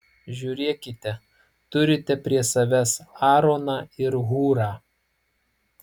žiūrėkite turite prie savęs aaroną ir hūrą